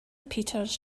peters